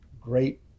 great